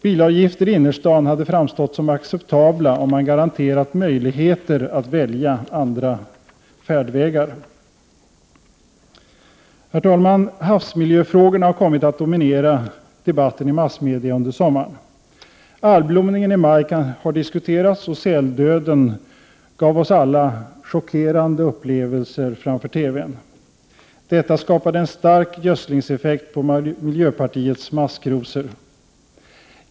Bilavgifter i innerstaden hade framstått som acceptabla om man garanterat möjligheter att välja andra färdvägar. Herr talman! Havsmiljöfrågorna har kommit att dominera debatten i massmedia under sommaren: Algblomningen i maj har diskuterats, och säldöden gav oss alla chockerande upplevelser framför TV:n. Detta skapade en stark gödslingseffekt på miljöpartiets maskrosor.